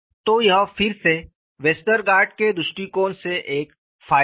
तो यह फिर से वेस्टरगार्ड के दृष्टिकोण से एक फायदा है